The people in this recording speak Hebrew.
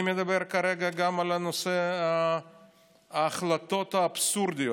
אני מדבר כרגע גם על נושא ההחלטות האבסורדיות.